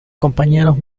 compañeros